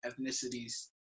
ethnicities